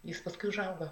jis paskui užauga